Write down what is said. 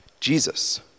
Jesus